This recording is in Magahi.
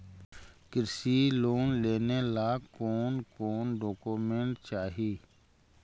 कृषि लोन लेने ला कोन कोन डोकोमेंट चाही?